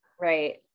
Right